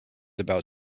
about